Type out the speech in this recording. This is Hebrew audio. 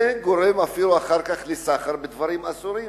זה אף גורם לסחר בדברים אסורים.